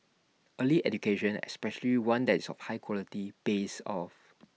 early education especially one that is of high quality pays off